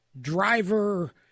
driver